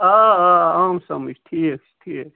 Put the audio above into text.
آ آ آم سَمٕجھ ٹھیٖک چھُ ٹھیٖک